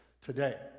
today